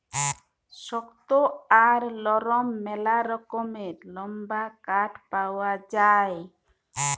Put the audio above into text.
শক্ত আর লরম ম্যালা রকমের লাম্বার কাঠ পাউয়া যায়